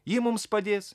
ji mums padės